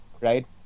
right